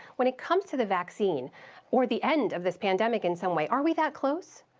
when it comes to the vaccine or the end of this pandemic in some way, are we that close?